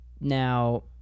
Now